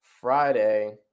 Friday